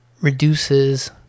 reduces